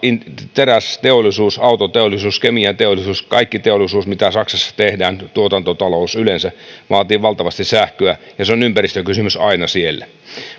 terästeollisuus autoteollisuus kemianteollisuus kaikki teollisuus mitä saksassa tehdään tuotantotalous yleensä vaatii valtavasti sähköä ja se on ympäristökysymys aina siellä mutta